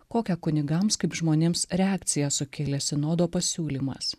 kokią kunigams kaip žmonėms reakciją sukelė sinodo pasiūlymas